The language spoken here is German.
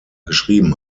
geschrieben